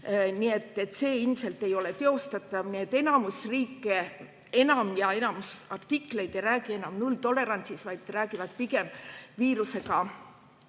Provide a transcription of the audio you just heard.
Nii et see ilmselt ei ole teostatav. Enamus riike ja enamus artikleid ei räägi enam nulltolerantsist, vaid räägib pigem viirusega